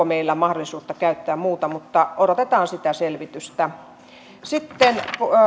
meillä mahdollisuutta käyttää muuta mutta odotetaan sitä selvitystä sitten